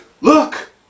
Look